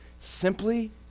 Simply